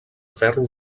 ferro